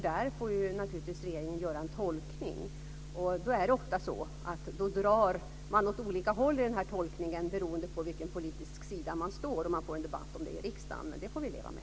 Där får regeringen naturligtvis göra en tolkning. Då drar man ofta åt olika håll i den här tolkningen beroende på vilken politisk sida man står på. Vi får en debatt om det i riksdagen, men det får vi leva med.